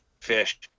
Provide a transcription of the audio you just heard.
fish